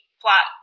plot